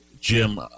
Jim